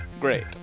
Great